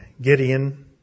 Gideon